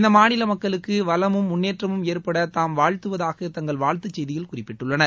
இந்த மாநில மக்களுக்கு வளமும் முன்னேற்றமும் ஏற்பட தாம் வாழ்த்துவதாக தங்கள் வாழ்த்துச் செய்தியில் குறிப்பிட்டுள்ளனர்